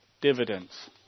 dividends